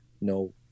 no